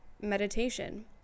meditation